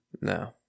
No